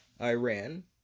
iran